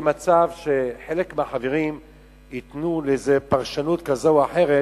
מצב שחלק מהחברים ייתנו פרשנות כזאת או אחרת,